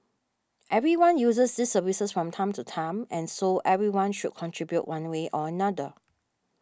everyone uses these services from time to time and so everyone should contribute one way or another